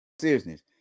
seriousness